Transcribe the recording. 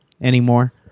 anymore